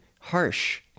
harsh